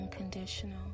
unconditional